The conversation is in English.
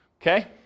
okay